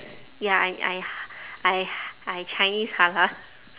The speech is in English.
ya I I I I chinese halal